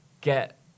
get